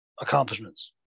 accomplishments